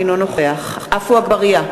אינו נוכח עפו אגבאריה,